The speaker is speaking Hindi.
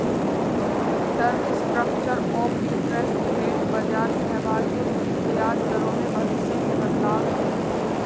term structure of interest rate बाजार सहभागियों की ब्याज दरों में भविष्य के बदलाव है